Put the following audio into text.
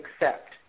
accept